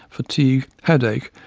fatigue, headache,